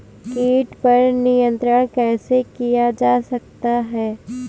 कीट पर नियंत्रण कैसे किया जा सकता है?